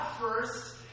first